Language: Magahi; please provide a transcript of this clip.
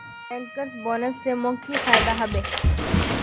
बैंकर्स बोनस स मोक की फयदा हबे